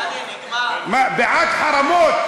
בעד חרמות.